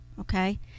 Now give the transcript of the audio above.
okay